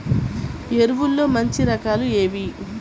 ఎరువుల్లో మంచి రకాలు ఏవి?